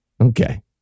Okay